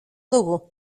dugu